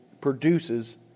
produces